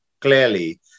clearly